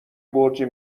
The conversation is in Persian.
برج